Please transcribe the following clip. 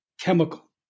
chemical